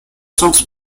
songs